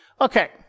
Okay